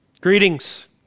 Greetings